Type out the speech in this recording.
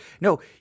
No